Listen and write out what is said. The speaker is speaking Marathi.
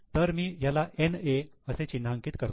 तर मी त्याला NA असे चिन्हांकित करतो आहे